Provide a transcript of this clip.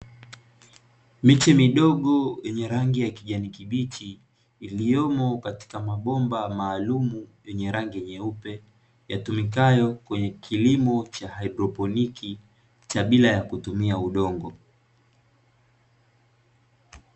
Miche midogo yenye rangi ya kijani kibichi, iliyomo katika mabomba maalumu yenye rangi nyeupe, yatumikayo kwenye kilimo cha haidroponi, cha bila ya kutumia udongo.